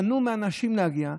מנעו מאנשים להגיע.